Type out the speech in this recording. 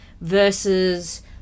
versus